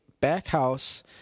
Backhouse